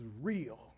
real